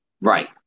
Right